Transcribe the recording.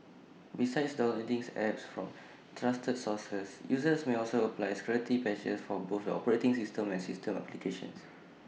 besides downloading apps from trusted sources users may also apply security patches for both the operating system and system applications